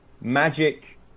magic